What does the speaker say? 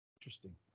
Interesting